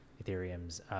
Ethereum's